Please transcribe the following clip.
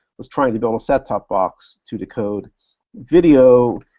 was trying to build a set top box to decode video,